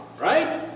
right